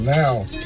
now